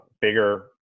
bigger